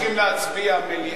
קודם צריכים להצביע מליאה,